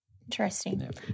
Interesting